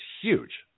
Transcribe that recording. huge